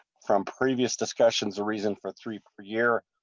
from previous discussions a reason for three per year.